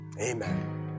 Amen